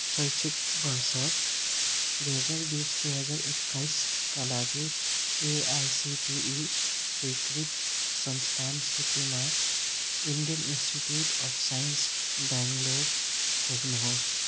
शैक्षिक वर्ष दुई हजार बिस दुई हजार एक्काइसका लागि एआइसिटिई स्वीकृत संस्थान सूचीमा Indian institute of science Bangalore खोज्नुहोस्